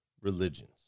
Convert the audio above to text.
religions